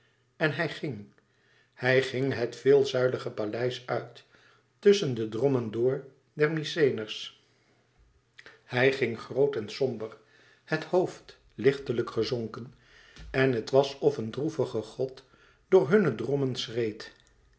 en hij ging hij ging het veelzuilige paleis uit tusschen de drommen door der mykenæërs hij ging groot en somber het hoofd lichtelijk gezonken en het was of een droevige god door hunne drommen schreed